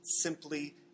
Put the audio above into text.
simply